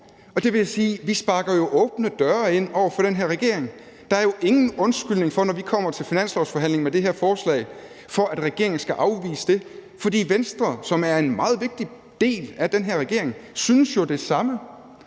det vil jeg sige: Vi sparker jo åbne døre ind over for den her regering. Der er ingen undskyldning for, når vi kommer til finanslovsforhandlingen med det her forslag, at regeringen skal afvise det, for Venstre, som er en meget vigtig del af den her regering, synes jo det samme.